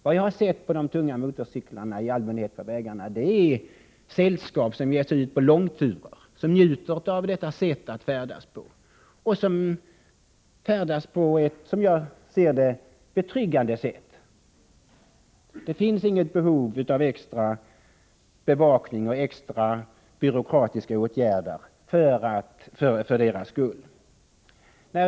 Vad jag har sett på de tunga motorcyklarna i allmänhet är sällskap som ger sig ut på långturer, som njuter av detta sätt att färdas och som färdas på ett som jag ser det betryggande sätt. Det finns inget behov av extra bevakning och extra byråkratiska åtgärder för deras skull.